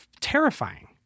terrifying